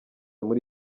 muri